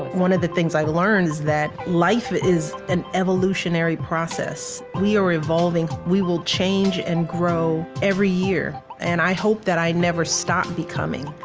one of the things i learned is that life is an evolutionary process. we are evolving. we will change and grow every year and i hope that i never stop becoming.